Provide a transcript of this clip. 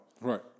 Right